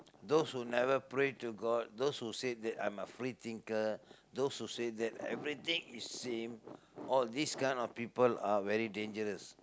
those who never pray to god those who say that I'm a free thinker those who say that everything is same all these kind of people are very dangerous